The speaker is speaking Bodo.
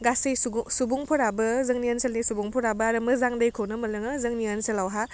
गासै सुगुं सुबुंफोराबो जोंनि ओनसोलनि सुबुंफोरा बा आरो मोजां दैखौनो मोनलोङो जोंनि ओनसोलावहा